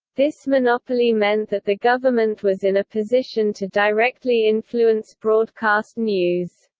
this monopoly meant that the government was in a position to directly influence broadcast news.